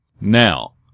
Now